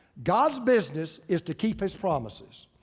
god's business is to keep his promises.